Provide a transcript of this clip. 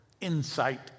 insight